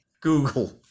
Google